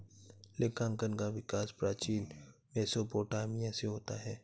लेखांकन का विकास प्राचीन मेसोपोटामिया से होता है